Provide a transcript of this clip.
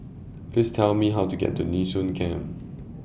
Please Tell Me How to get to Nee Soon Camp